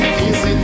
Easy